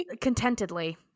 Contentedly